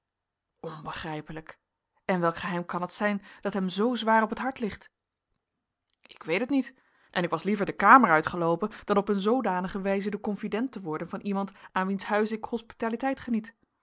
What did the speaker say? onbegrijpelijk en welk geheim kan het zijn dat hem zoo zwaar op het hart ligt ik weet het niet en ik was liever de kamer uitgeloopen dan op een zoodanige wijze de confident te worden van iemand aan wiens huis ik hospitaliteit geniet